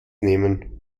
nehmen